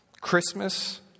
Christmas